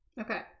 okay